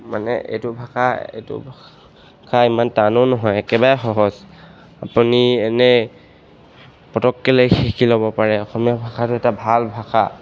মানে এইটো ভাষা এইটো ভাষা ইমান টানো নহয় একেবাৰে সহজ আপুনি এনেই পটককৈ লৈ শিকি ল'ব পাৰে অসমীয়া ভাষাটো এটা ভাল ভাষা